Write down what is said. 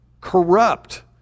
corrupt